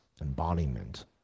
embodiment